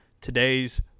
today's